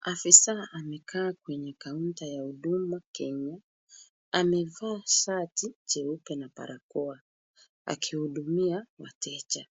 Afisa amekaa kwenye kaunta ya Huduma Kenya. Amevaa shati jeupe na barakoa akihudumia wateja.